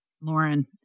Lauren